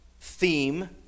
theme